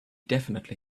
definitely